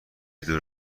دور